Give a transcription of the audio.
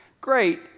Great